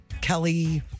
Kelly